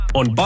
on